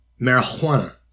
Marijuana